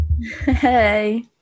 hey